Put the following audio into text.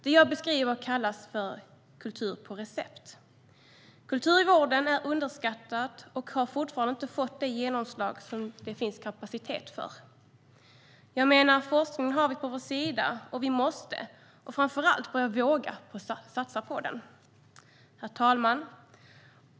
Det som jag beskriver kallas för kultur på recept. Kultur i vården är underskattat, och det har fortfarande inte fått det genomslag som det finns kapacitet för. Jag menar att vi har forskningen på vår sida, och vi måste framför allt våga satsa på den. Herr talman!